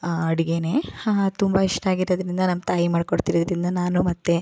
ಆ ಅಡುಗೇನೆ ಹಾ ತುಂಬ ಇಷ್ಟ ಆಗಿರೋದರಿಂದ ನಮ್ಮ ತಾಯಿ ಮಾಡ್ಕೊಡ್ತಿರೋದ್ರಿಂದ ನಾನು ಮತ್ತೆ